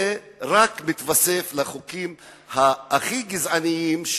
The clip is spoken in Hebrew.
זה רק מתווסף לחוקים הכי גזעניים,